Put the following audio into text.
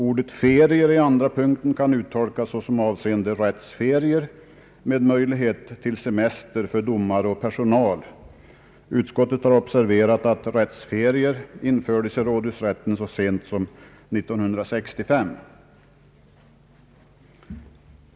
Ordet ferier i andra punkten kan uttolkas såsom avseende rättsferier med möjlighet till semester för domare och personal. Utskottet har observerat att rättsferier infördes i rådhusrätten så sent som 1965.